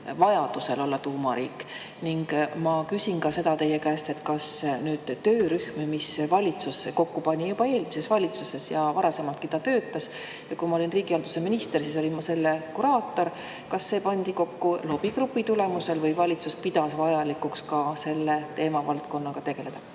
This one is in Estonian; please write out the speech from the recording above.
vajadusel olla tuumariik. Ning ma küsin ka seda teie käest, et kas töörühm, mille valitsus kokku pani, juba eelmine valitsus, ja mis varasemaltki töötas – kui ma olin riigihalduse minister, siis olin ma selle kuraator –, pandi kokku lobi[töö] tulemusel või valitsus pidas vajalikuks selle teemavaldkonnaga tegeleda.